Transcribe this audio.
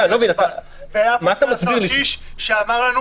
היה פה השר קיש, שאמר לנו